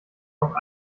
auch